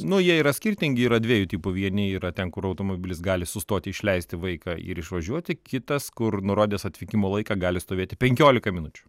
nu jie yra skirtingi yra dviejų tipų vieni yra ten kur automobilis gali sustoti išleisti vaiką ir išvažiuoti kitas kur nurodęs atvykimo laiką gali stovėti penkiolika minučių